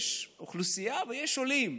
יש אוכלוסייה ויש עולים.